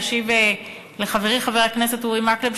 להשיב לחברי חבר הכנסת אורי מקלב,